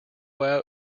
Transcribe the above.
out